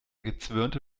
gezwirnte